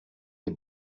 les